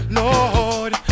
lord